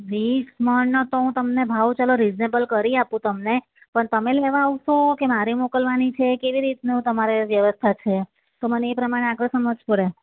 વીસ મણનો તો હું તમને ભાવ ચાલો રીઝનેબલ કરી આપું તમને પણ તમે લેવા આવશો કે મારે મોકલવાની છે કેવી રીતનું તમારે વ્યવસ્થા છે તો મને એ પ્રમાણે આગળ સમજ પડે